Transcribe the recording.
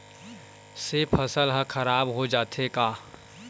से फसल ह खराब हो जाथे का?